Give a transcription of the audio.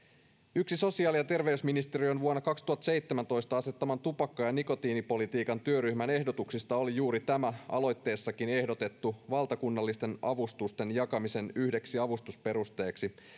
yksi sosiaali ja terveysministeriön vuonna kaksituhattaseitsemäntoista asettaman tupakka ja nikotiinipolitiikan työryhmän ehdotuksista oli juuri tämä aloitteessakin ehdotettu että valtakunnallisten avustusten jakamisen yhdeksi avustusperusteeksi lisätään